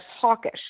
hawkish